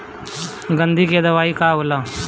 गंधी के दवाई का होला?